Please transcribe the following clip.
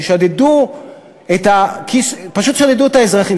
ששדדו את האזרחים.